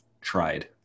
tried